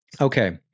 Okay